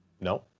No